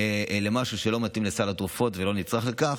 למשהו שלא מתאים לסל התרופות ולא נצרך לכך,